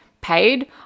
paid